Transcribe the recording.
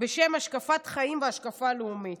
בשם "השקפת חיים והשקפה לאומית".